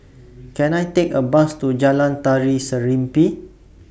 Can I Take A Bus to Jalan Tari Serimpi